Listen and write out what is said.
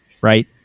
right